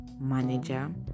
manager